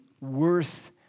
worth